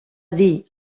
dir